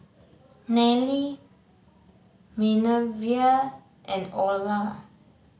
Nallely Minervia and Orla